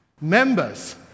Members